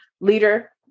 leader